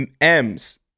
M's